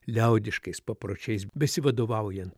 liaudiškais papročiais besivadovaujan